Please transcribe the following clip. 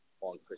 on